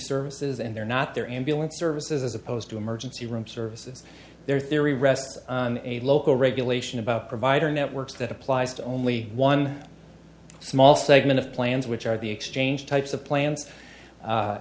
services and they're not there ambulance services as opposed to emergency room services their theory rests on a local regulation about provider networks that applies to only one small segment of plans which are the exchange types of plants